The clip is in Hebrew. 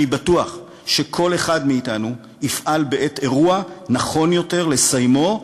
אני בטוח שכל אחד מאתנו יפעל בעת אירוע נכון יותר לסיימו,